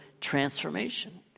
transformation